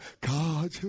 God